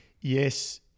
Yes